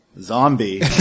zombie